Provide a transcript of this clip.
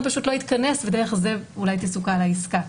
פשוט לא יתכנס ודרך זה אולי תסוכל העסקה,